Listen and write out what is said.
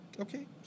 Okay